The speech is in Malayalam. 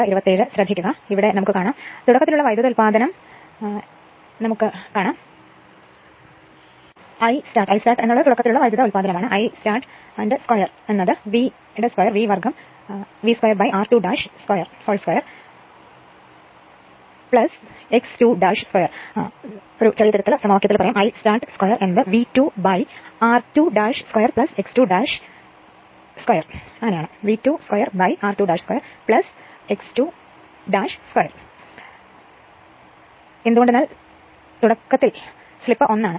ഇപ്പോൾ നമുക്ക് അറിയാം തുടക്കത്തിൽ ഉള്ള വൈദ്യുതഉല്പാദനം 2V 2r2 2 x 2 2 ആണ് എന്ന് എന്തുകൊണ്ടെന്നാൽ തുടക്കത്തിൽ സ്ലിപ് 1 ആണ്